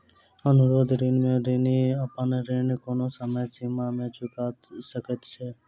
अनुरोध ऋण में ऋणी अपन ऋण कोनो समय सीमा में चूका सकैत छै